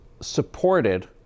supported